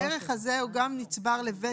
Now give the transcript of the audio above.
הערך הזה הוא גם נצבר לוותק.